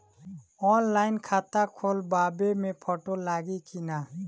Online खाता खोलबाबे मे फोटो लागि कि ना?